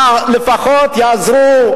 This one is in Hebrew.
לפחות יעזרו,